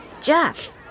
Jeff